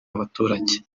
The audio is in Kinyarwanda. abaturage